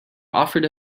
offered